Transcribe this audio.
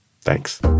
Thanks